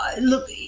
Look